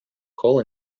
coal